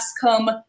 Come